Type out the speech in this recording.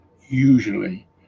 usually